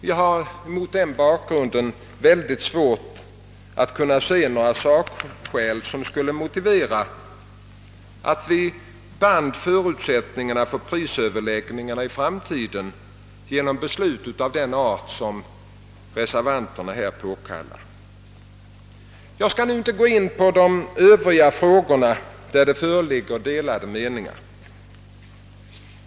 Jag har mot den bakgrunden mycket svårt att se att några sakskäl motiverar att vi binder förutsättningarna för prisöverläggningarna i framtiden genom beslut av den art som reservanterna påkallar. Jag skall nu inte gå in på de övriga punkter där det föreligger delade meningar.